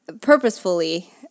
purposefully